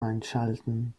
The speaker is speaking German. einschalten